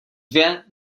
dvě